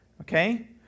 okay